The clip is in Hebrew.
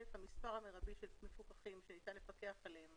המספר המרבי של מפוקחים שניתן לפקח עליהם